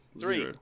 Three